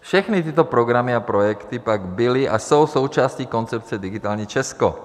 Všechny tyto programy a projekty pak byly a jsou součástí koncepce Digitální Česko.